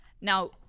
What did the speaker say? now